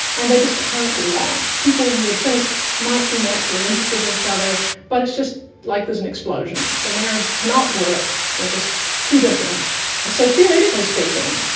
and they just can't get along, people you would think might be naturally interested in each other but it's just like there's an explosion, the marriage cannot work they're just too different. and so theoretically speaking,